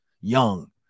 Young